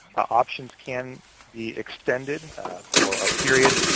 options can be extended for a period,